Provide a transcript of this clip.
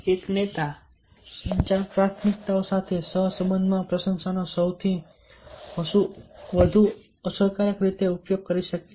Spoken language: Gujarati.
એક નેતા સંચાર પ્રાથમિકતાઓ સાથે સહસંબંધમાં પ્રશંસાનો સૌથી વધુ અસરકારક રીતે ઉપયોગ કરી શકે છે